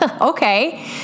Okay